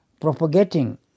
propagating